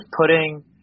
putting